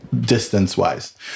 distance-wise